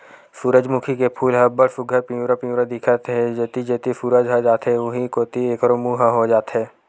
सूरजमूखी के फूल ह अब्ब्ड़ सुग्घर पिंवरा पिंवरा दिखत हे, जेती जेती सूरज ह जाथे उहीं कोती एखरो मूँह ह हो जाथे